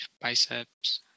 Biceps